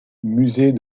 musée